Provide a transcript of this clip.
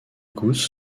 gousses